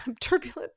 turbulent